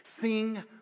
Sing